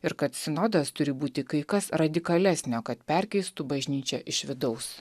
ir kad sinodas turi būti kai kas radikalesnio kad perkeistų bažnyčią iš vidaus